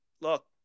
look